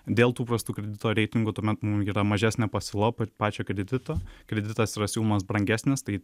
dėl tų prastų kredito reitingų tuomet mum yra mažesnė pasiūla pačio kredito kreditas yra siūlomas brangesnis tai